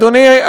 אדוני,